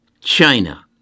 China